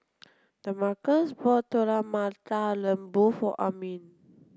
Damarcus bought Telur Mata Lembu for Armin